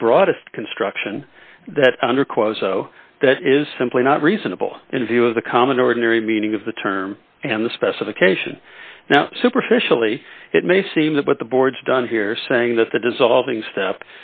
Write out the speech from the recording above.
a broadest construction that under cuozzo that is simply not reasonable in view of the common ordinary meaning of the term and the specification now superficially it may seem that what the board's done here saying that the dissolving st